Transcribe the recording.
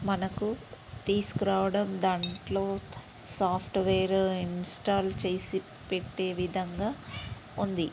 మనకు తీసుకురావడం దాంట్లో సాఫ్ట్వేరు ఇన్స్టాల్ చేసి పెట్టే విధంగా ఉంది